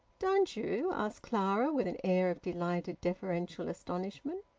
don't you? asked clara, with an air of delighted deferential astonishment.